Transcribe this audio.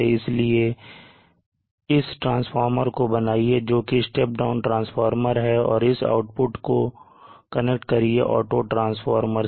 इसलिए अब इस ट्रांसफार्मर को बनाइए जो कि step down ट्रांसफार्मर है और इस आउटपुट कनेक्ट करिए ऑटो ट्रांसफार्मर से